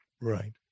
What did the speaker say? Right